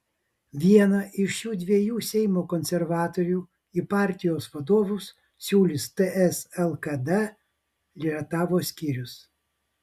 vieną iš šių dviejų seimo konservatorių į partijos vadovus siūlys ts lkd rietavo skyrius